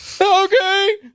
Okay